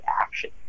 action